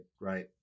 Right